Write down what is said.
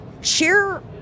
share